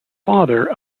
father